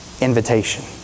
invitation